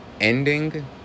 ending